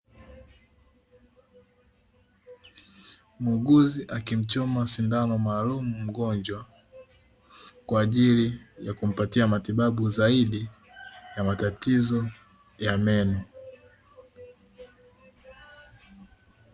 Muuguzi akimchoma sindano maalumu, mgonjwa kwa ajili ya kumpatia matibabu zaidi ya matatizo ya meno.